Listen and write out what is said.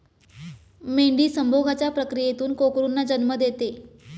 मेंढी संभोगाच्या प्रक्रियेतून कोकरूंना जन्म देते